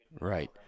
Right